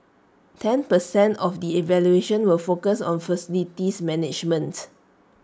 ten percent of the evaluation will focus on facilities management